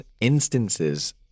instances